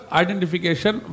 identification